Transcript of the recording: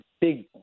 big